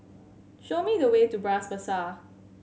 show me the way to Bras Basah